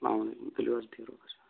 اسَلامُ علیکُم تُلِو حظ بِہِو رۄبَس حوال